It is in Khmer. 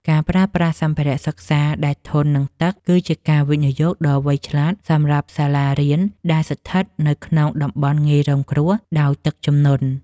ការប្រើប្រាស់សម្ភារៈសិក្សាដែលធន់នឹងទឹក គឺជាការវិនិយោគដ៏វៃឆ្លាតសម្រាប់សាលារៀនដែលស្ថិតនៅក្នុងតំបន់ងាយរងគ្រោះដោយទឹកជំនន់។